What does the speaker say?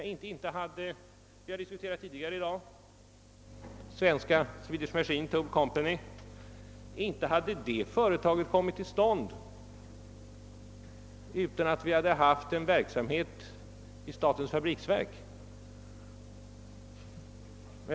Jag har tidigare i dag framhållit att SMT Machine Company AB säkerligen inte hade kommit till stånd, om vi inte haft en verksamhet i statens fabriksverk.